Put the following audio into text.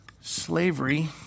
slavery